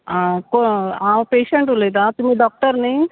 आ हांव पेशंट उलयतां तुमी डॉक्टर न्ही